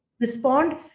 respond